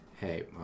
Hey